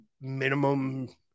minimum